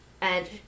and-